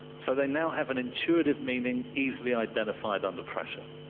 so they now have an intuitive meaning, easily identified under pressure.